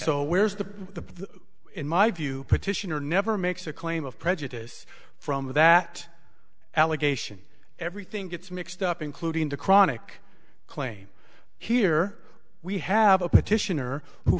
so where's the the in my view petitioner never makes a claim of prejudice from that allegation everything gets mixed up including the chronic claim here we have a petitioner who